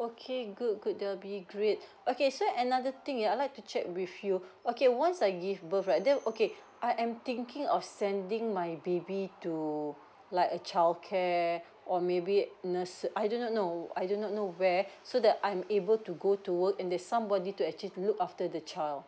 okay good good that would be great okay so another thing yeah I'd like to check with you okay once I give birth right then okay I am thinking of sending my baby to like a childcare or maybe nurse~ I do not know I do not know where so that I'm able to go to work and there's somebody to actually to look after the child